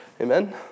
Amen